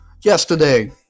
yesterday